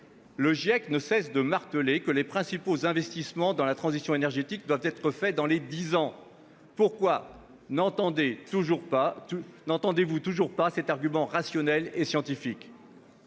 (GIEC) ne cesse de marteler que les principaux investissements dans la transition énergétique doivent être réalisés dans les dix ans. Pourquoi n'entendez-vous toujours pas cet argument rationnel et scientifique ?